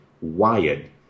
wired